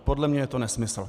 Podle mě je to nesmysl.